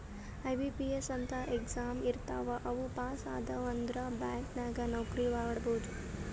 IBPS ಅಂತ್ exam ಇರ್ತಾವ್ ಅವು ಪಾಸ್ ಆದ್ಯವ್ ಅಂದುರ್ ಬ್ಯಾಂಕ್ ನಾಗ್ ನೌಕರಿ ಮಾಡ್ಬೋದ